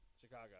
Chicago